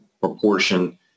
proportion